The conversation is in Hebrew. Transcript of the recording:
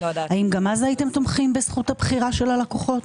האם גם אז הייתם תומכים בזכות הבחירה של הלקוחות?